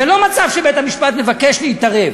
זה לא מצב שבית-המשפט מבקש להתערב,